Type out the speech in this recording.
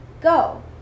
go